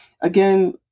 Again